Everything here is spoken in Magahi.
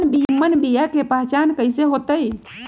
निमन बीया के पहचान कईसे होतई?